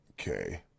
Okay